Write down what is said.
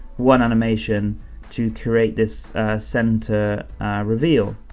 one animation to create this center reveal.